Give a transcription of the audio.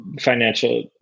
financial